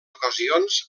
ocasions